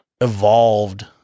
evolved